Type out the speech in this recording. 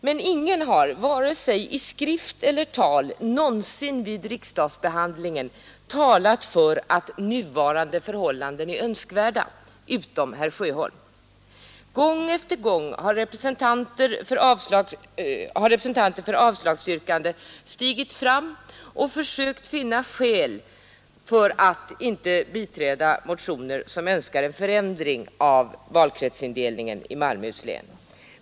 Men ingen har, vare sig i tal eller skrift, vid riksdagsbehandlingen någonsin talat för att nuvarande förhållanden är önskvärda, utom herr Sjöholm. Gång efter gång har representanter för dem som yrkar avslag stigit fram och försökt finna skäl för att inte biträda motioner där det yrkas på en förändring av valkretsindelningen i Malmöhus län.